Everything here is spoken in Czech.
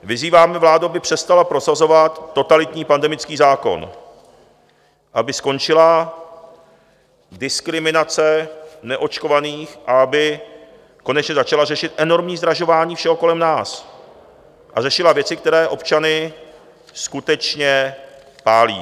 Vyzýváme vládu, aby přestala prosazovat totalitní pandemický zákon, aby skončila diskriminace neočkovaných, aby konečně začala řešit enormní zdražování všeho kolem nás a řešila věci, které občany skutečně pálí.